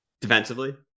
defensively